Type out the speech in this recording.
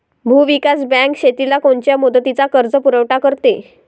भूविकास बँक शेतीला कोनच्या मुदतीचा कर्जपुरवठा करते?